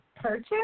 purchase